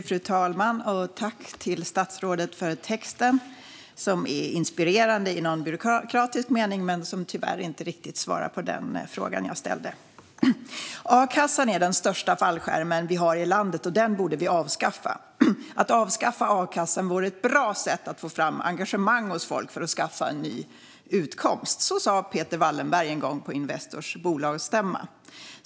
Fru talman! Jag vill tacka statsrådet för svaret, som är inspirerande i någon byråkratisk mening, men det är tyvärr inte riktigt svar på den fråga jag har ställt. A-kassan är den största fallskärmen vi har i landet, och den borde vi avskaffa. Att avskaffa a-kassan vore ett bra sätt att få fram engagemang hos folk för att skaffa en ny utkomst. Så sa Peter Wallenberg en gång på Investors bolagsstämma.